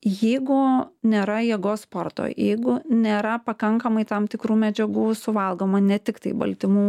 jeigu nėra jėgos sporto jeigu nėra pakankamai tam tikrų medžiagų suvalgoma ne tiktai baltymų